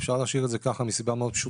אפשר להשאיר את זה ככה מסיבה מאוד פשוטה.